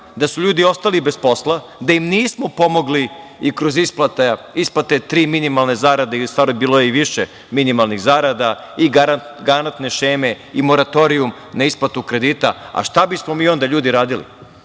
da su ljudi ostali bez posla, da im nismo pomogli i kroz isplate tri minimalne zarade, u stvari bilo je i više minimalnih zarada i garantne šeme i moratorijum na isplatu kredita. A šta bismo mi onda ljudi radili?